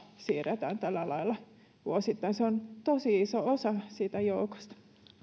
siirretään tällä lailla vuosittain se on tosi iso osa siitä joukosta